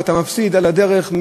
ואתה מפסיד על הדרך,